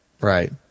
Right